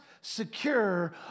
secure